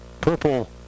purple